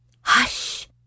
Hush